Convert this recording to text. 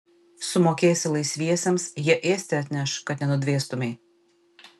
sumokėsi laisviesiems jie ėsti atneš kad nenudvėstumei